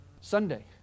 Sunday